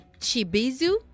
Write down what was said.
Chibizu